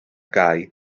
gai